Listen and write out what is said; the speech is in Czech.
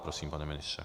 Prosím, pane ministře.